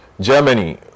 Germany